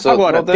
Agora